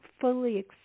fully